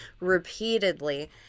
repeatedly